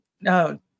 No